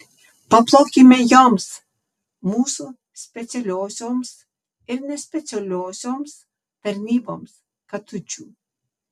paplokime joms mūsų specialiosioms ir nespecialiosioms tarnyboms katučių